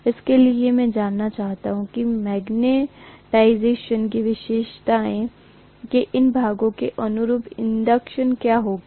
इसलिए मैं जानना चाहता हूं कि मैग्नेटाइजेशन विशेषताओं के इन भागों के अनुरूप इंडक्शन क्या होगा